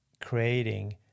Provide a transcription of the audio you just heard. creating